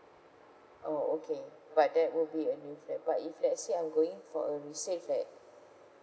oh okay but that would be a new flat but if let's say I'm going for a resale flat